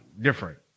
different